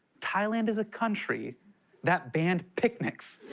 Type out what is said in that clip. thailand is a country that banned picnics.